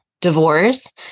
divorce